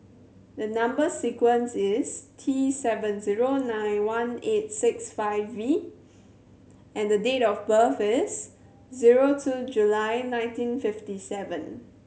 the number sequence is T seven zero nine one eight six five V and date of birth is zero two July nineteen fifty seven